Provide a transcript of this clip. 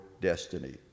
destiny